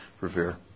Revere